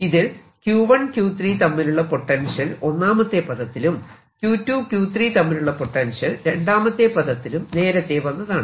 ഇതിൽ Q1 Q3 തമ്മിലുള്ള potential ഒന്നാമത്തെ പദത്തിലും Q2 Q3 തമ്മിലുള്ള പൊട്ടൻഷ്യൽ രണ്ടാമത്തെ പദത്തിലും നേരത്തെ വന്നതാണ്